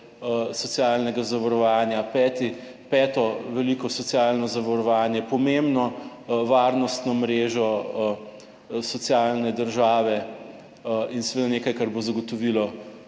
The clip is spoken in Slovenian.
(nadaljevanje) peti, peto veliko socialno zavarovanje, pomembno varnostno mrežo socialne države in seveda nekaj, kar bo zagotovilo